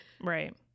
Right